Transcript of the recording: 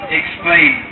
explain